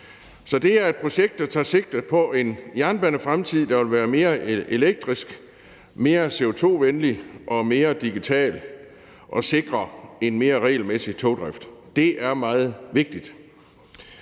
Så det er et projekt, der tager sigte på en jernbanefremtid, der vil være mere elektrisk, mere CO2-venlig og mere digital og sikre en mere regelmæssig togdrift. Det er meget vigtigt.